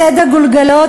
ציד הגולגלות,